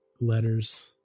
letters